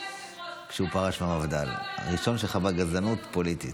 כשהוא פרש מהמפד"ל, הראשון שחווה גזענות פוליטית.